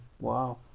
Wow